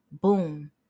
boom